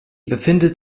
befindet